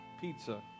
pizza